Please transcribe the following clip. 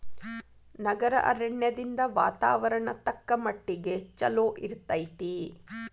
ನಗರ ಅರಣ್ಯದಿಂದ ವಾತಾವರಣ ತಕ್ಕಮಟ್ಟಿಗೆ ಚಲೋ ಇರ್ತೈತಿ